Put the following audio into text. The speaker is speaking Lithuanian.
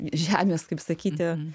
žemės kaip sakyti